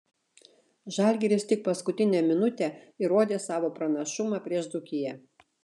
žalgiris tik paskutinę minutę įrodė savo pranašumą prieš dzūkiją